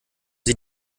sie